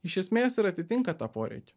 iš esmės ir atitinka tą poreikį